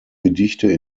gedichte